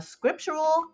Scriptural